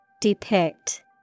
Depict